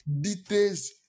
details